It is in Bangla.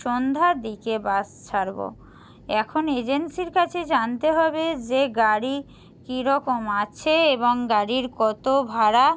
সন্ধ্যার দিকে বাস ছাড়ব এখন এজেন্সির কাছে জানতে হবে যে গাড়ি কীরকম আছে এবং গাড়ির কত ভাড়া